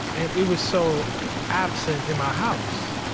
and it was so absent in my house.